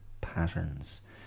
patterns